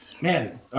man